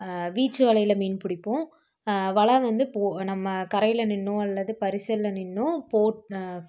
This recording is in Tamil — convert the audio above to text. வீச்சு வலையில் மீன் பிடிப்போம் வலை வந்து போ நம்ம கரையில் நின்றோ அல்லது பரிசலில் நின்றோ போட்